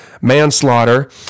manslaughter